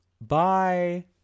Bye